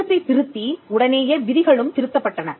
சட்டத்தைத் திருத்தி உடனேயே விதிகளும் திருத்தப்பட்டன